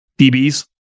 DBs